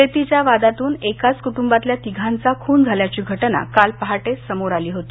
शेतीच्या वादातून एकाच कुटुंबातल्या तिघांचा खून झाल्याची घटना काल पहाटे समोर आली होती